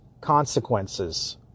consequences